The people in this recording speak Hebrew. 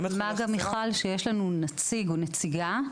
מה גם שיש לנו נציג או נציגה,